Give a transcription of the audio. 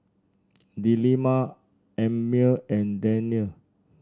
Delima Ammir and Daniel